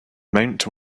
mount